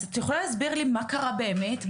אז את יכולה להסביר לי מה קרה באמת,